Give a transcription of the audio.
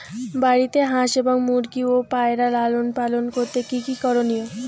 বাড়িতে হাঁস এবং মুরগি ও পায়রা লালন পালন করতে কী কী করণীয়?